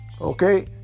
Okay